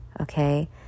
okay